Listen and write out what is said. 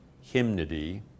hymnody